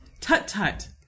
Tut-tut